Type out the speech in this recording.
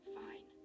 fine